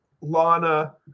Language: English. Lana